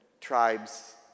tribes